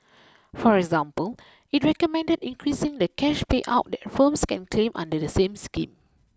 for example it recommended increasing the cash payout that firms can claim under the same scheme